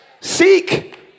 seek